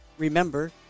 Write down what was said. remember